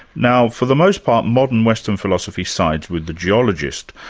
now for the most part, modern western philosophy sides with the geologist.